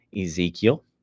Ezekiel